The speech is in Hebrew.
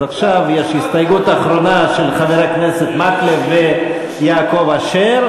אז עכשיו יש הסתייגות אחרונה של חברי הכנסת מקלב ויעקב אשר.